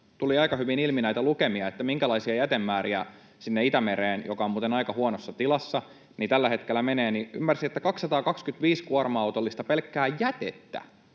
tuli aika hyvin ilmi näitä lukemia, minkälaisia jätemääriä Itämereen, joka on muuten aika huonossa tilassa, tällä hetkellä menee: ymmärsin, että 225 kuorma-autollista pelkkää jätettä,